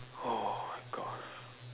oh my god